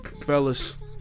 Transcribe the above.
Fellas